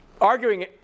arguing